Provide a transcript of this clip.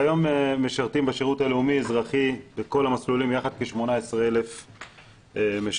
כיום משרתים בשירות הלאומי אזרחי בכל המסלולים יחד כ-18,000 משרתים.